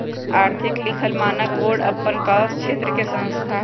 आर्थिक लिखल मानक बोर्ड अप्पन कास क्षेत्र के संस्था हइ